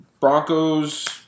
Broncos